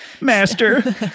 master